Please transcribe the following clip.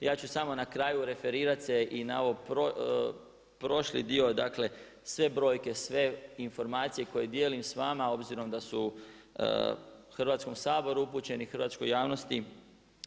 Ja ću samo na kraju referirati se i na ovaj prošli dio, dakle sve brojke, sve informacije koje dijelim s vama obzirom da su u Hrvatskom saboru upućeni i hrvatskoj javnost